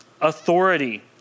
authority